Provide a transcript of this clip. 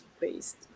based